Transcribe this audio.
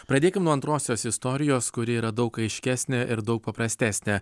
pradėkim nuo antrosios istorijos kuri yra daug aiškesnė ir daug paprastesnė